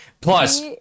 Plus